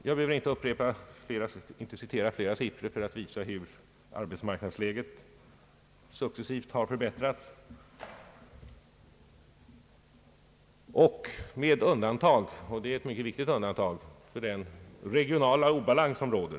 Jag behöver inte citera flera siffror för att visa hur arbetsmarknadsläget successivt har förbättrats med ett mycket viktigt undantag. Jag tänker på den regionala obalans som råder.